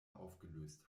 aufgelöst